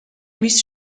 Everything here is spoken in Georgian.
მის